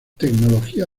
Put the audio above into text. tecnología